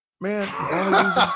Man